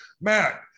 Matt